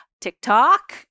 TikTok